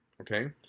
okay